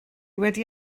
wedi